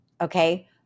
okay